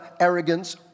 arrogance